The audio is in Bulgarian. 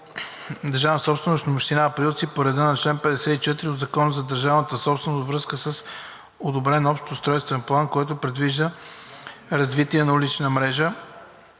държавна собственост, на Община Априлци, по реда на чл. 54 от Закона за държавната собственост във връзка с одобрен общ устройствен план, който предвижда развитие на улична мрежа